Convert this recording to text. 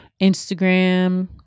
Instagram